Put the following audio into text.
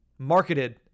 Marketed